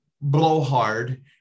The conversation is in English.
blowhard